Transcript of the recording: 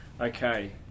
Okay